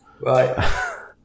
Right